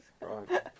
Right